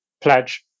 Pledge